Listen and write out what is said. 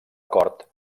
cort